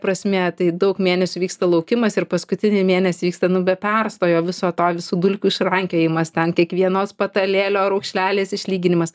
prasmė tai daug mėnesių vyksta laukimas ir paskutinį mėnesį vyksta nu be perstojo viso to visų dulkių išrankiojimas ten kiekvienos patalėlio raukšlelės išlyginimas